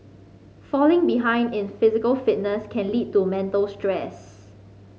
falling behind in physical fitness can lead to mental stress